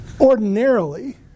ordinarily